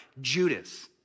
Judas